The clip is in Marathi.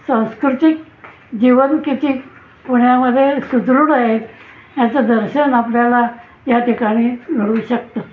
सांस्कृतिक जीवन किती पुण्यामध्ये सुदृढ आहेत ह्याचं दर्शन आपल्याला या ठिकाणी मिळू शकतं